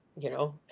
you know,